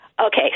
Okay